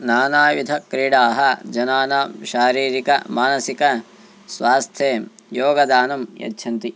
नानाविधक्रीडाः जनानां शारीरिकमानसिकस्वास्थे योगदानं यच्छन्ति